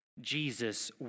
Jesus